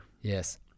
Yes